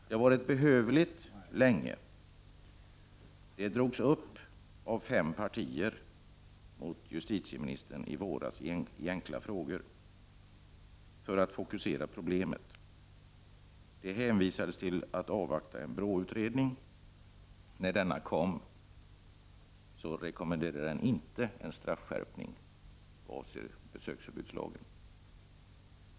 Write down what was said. Det har varit behövligt länge, och detta togs upp av fem partier i enkla frågor till justitieministern i våras för att proble; net skulle fokuseras. Då hänvisades till att vi skulle avvakta en BRÅ utredning. När denna kom, rekommenderade den inte en straffskärpning vad avser besöksförbudslagen.